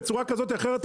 בצורה כזו או אחרת,